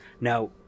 now